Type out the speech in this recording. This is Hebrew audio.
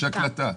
יש הקלטה.